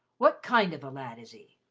what kind of a lad is he?